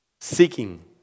seeking